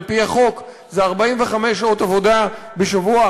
על-פי החוק זה 45 שעות עבודה בשבוע,